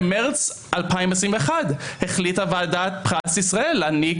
במרץ 2021 החליטה ועדת פרס ישראל להעניק